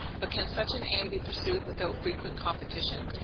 but can such an aim be pursued without frequent competition?